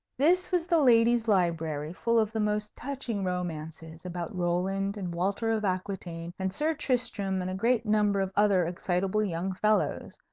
this was the ladies' library, full of the most touching romances about roland, and walter of aquitaine, and sir tristram, and a great number of other excitable young fellows,